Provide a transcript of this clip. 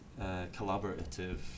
collaborative